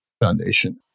Foundation